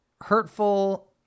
hurtful